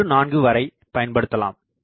14 வரை பயன்படுத்தலாம்